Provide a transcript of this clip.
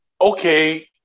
okay